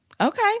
Okay